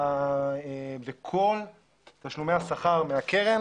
כול תשלומי השכר מהקרן